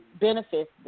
benefits